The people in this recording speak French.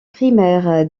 primaire